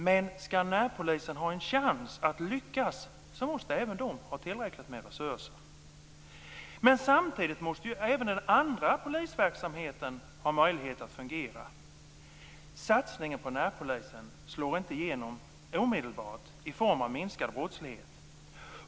Men skall närpolisen ha en chans att lyckas måste även de ha tillräckliga resurser. Samtidigt måste även den övriga polisverksamheten ha möjlighet att fungera. Satsningen på närpolisen slår inte omedelbart igenom i form av minskad brottslighet.